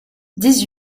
dix